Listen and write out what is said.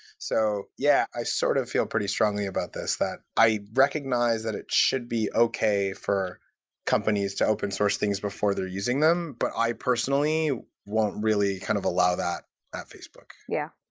so yeah, sort of feel pretty strongly about this, that i recognize that it should be okay for companies to open-source things before they're using them, but i personally won't really kind of allow that at facebook yeah,